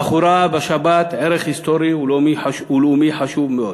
אך הוא ראה בשבת ערך היסטורי ולאומי חשוב מאוד